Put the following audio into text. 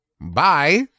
bye